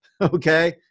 Okay